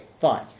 Fine